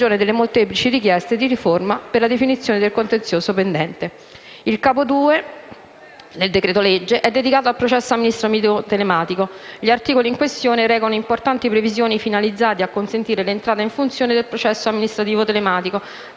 Il Capo II del decreto-legge è dedicato al processo amministrativo telematico. Gli articoli in questione recano importanti previsioni finalizzate a consentire l'entrata in funzione del processo amministrativo telematico,